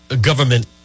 government